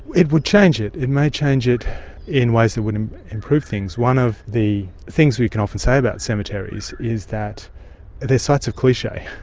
it would change it. it may change it in ways that would improve things. one of the things we can often say about cemeteries is that they are sites of cliche,